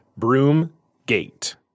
Broomgate